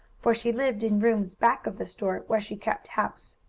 for she lived in rooms back of the store, where she kept house.